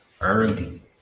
Early